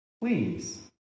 please